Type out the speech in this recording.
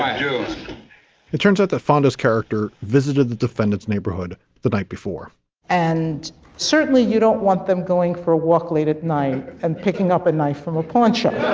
um do it turns out the fonda's character visited the defendant's neighborhood the night before and certainly you don't want them going for a walk late at night and picking up a knife from a pawn shop.